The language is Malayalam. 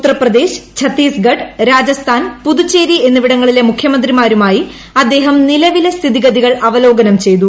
ഉത്തർപ്രദേശ് ഛത്തീസ്ഗഡ് രാജസ്ഥാൻ പുതുച്ചേരി എന്നിവിടങ്ങളിലെ മുഖ്യമന്ത്രിമാരുമായി അദ്ദേഹം നിലവിലെ സ്ഥിതിഗതികൾ അവലോകനും ചെയ്തു